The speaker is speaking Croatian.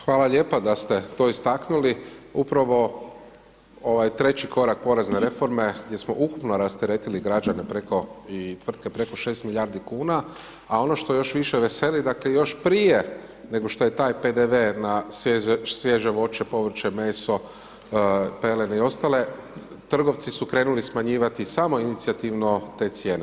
Hvala lijepa da ste to istaknuli, upravo ovaj 3 korak porezne reforme gdje smo ukupno rasteretili građane preko i tvrtke preko 6 milijardi kuna, a ono što još više veseli dakle još prije nego što je taj PDV na svježe voće, povrće, meso, pelene i ostale trgovci su krenuli smanjivati samoinicijativno te cijene.